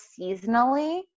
seasonally